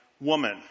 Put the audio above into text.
woman